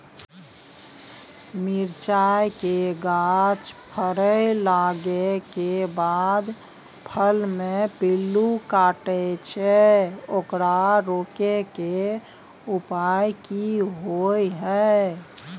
मिरचाय के गाछ फरय लागे के बाद फल में पिल्लू काटे छै ओकरा रोके के उपाय कि होय है?